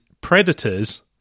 predators